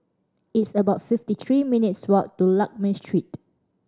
it's about fifty three minutes' walk to Lakme Street